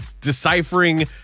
deciphering